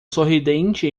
sorridente